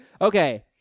Okay